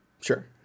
Sure